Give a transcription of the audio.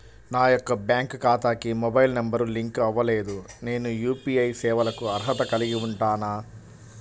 నా యొక్క బ్యాంక్ ఖాతాకి మొబైల్ నంబర్ లింక్ అవ్వలేదు నేను యూ.పీ.ఐ సేవలకు అర్హత కలిగి ఉంటానా?